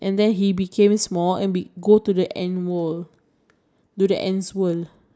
I don't know but then if your gonna make your house the original size you need a land